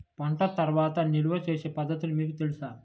పంట తర్వాత నిల్వ చేసే పద్ధతులు మీకు తెలుసా?